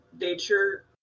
nature